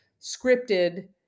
scripted